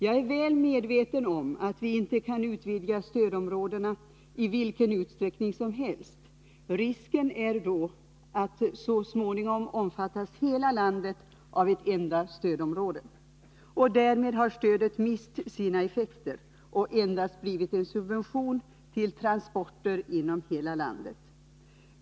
Jag är väl medveten om att vi inte kan utvidga stödområdena i vilken utsträckning som helst. Risken är då att så småningom hela landet är ett enda stödområde, och därmed har stödet mist sina effekter och endast blivit en subvention till transporter inom hela landet.